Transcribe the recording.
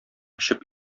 очып